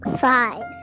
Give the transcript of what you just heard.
Five